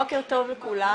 בוקר טוב לכולם.